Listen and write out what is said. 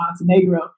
Montenegro